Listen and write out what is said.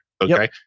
Okay